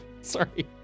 Sorry